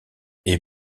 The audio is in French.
est